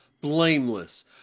blameless